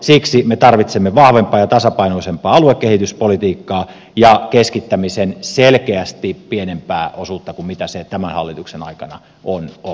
siksi me tarvitsemme vahvempaa ja tasapainoisempaa aluekehityspolitiikkaa ja keskittämisen selkeästi pienempää osuutta kuin mitä se tämän hallituksen aikana on ollut